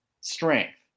strength